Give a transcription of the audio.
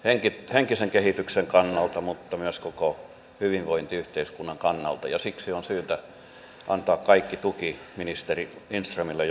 henkisen kehityksen kannalta mutta myös koko hyvinvointiyhteiskunnan kannalta ja siksi on syytä antaa kaikki tuki ministeri lindströmille